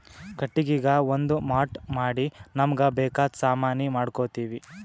ಕಟ್ಟಿಗಿಗಾ ಒಂದ್ ಮಾಟ್ ಮಾಡಿ ನಮ್ಮ್ಗ್ ಬೇಕಾದ್ ಸಾಮಾನಿ ಮಾಡ್ಕೋತೀವಿ